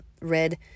red